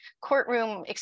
courtroom